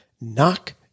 Knock